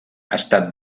estat